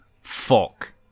fuck